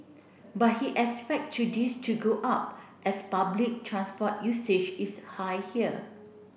but he expect to this to go up as public transport usage is high here